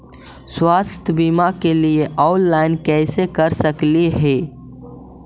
स्वास्थ्य बीमा के लिए ऑनलाइन कैसे कर सकली ही?